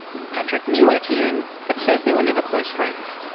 patrick knew etienne, but says they were never close friends.